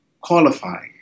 qualify